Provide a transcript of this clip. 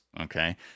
Okay